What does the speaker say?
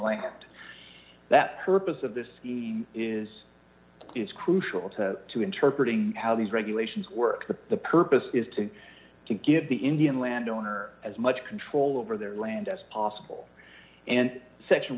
land that purpose of this is is crucial to to interpret ing how these regulations work the purpose is to give the indian land owner as much control over their land as possible and se